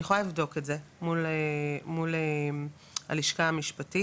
אני יכולה לבדוק את זה מול הלשכה המשפטית,